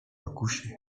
recoucher